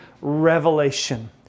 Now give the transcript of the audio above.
revelation